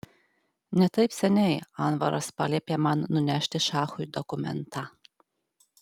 ne taip seniai anvaras paliepė man nunešti šachui dokumentą